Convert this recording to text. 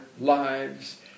lives